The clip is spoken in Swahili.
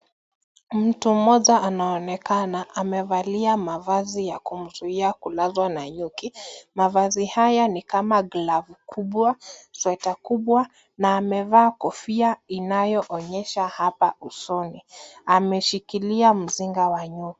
Mtu mmoja anaonekana amevalia mavazi ya kumzuia kulazwa na nyuki. Mavazi haya ni kama glavu kubwa, sweta kubwa na amevaa kofia inayoonyesha hapa usoni. Ameshikilia mzinga wa nyuki.